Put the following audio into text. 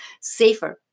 safer